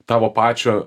tavo pačio